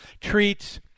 treats